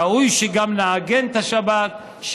ראוי שגם נעגן את השבת,